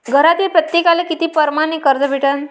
घरातील प्रत्येकाले किती परमाने कर्ज भेटन?